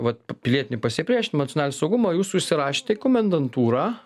vat pilietinį pasipriešinimą nacionalinio saugumo jūs užsirašėte į komendantūrą